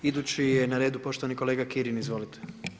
Idući je na redu poštovani kolega Kirin, izvolite.